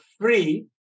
free